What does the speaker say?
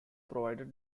provided